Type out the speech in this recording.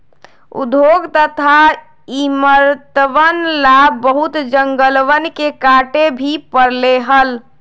उद्योग तथा इमरतवन ला बहुत जंगलवन के काटे भी पड़ले हल